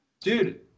Dude